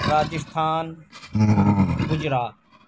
Rajasthan Gujarat